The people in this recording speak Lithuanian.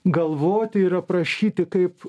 galvoti ir aprašyti kaip